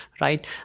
right